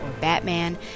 Batman